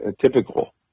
typical